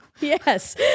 Yes